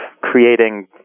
creating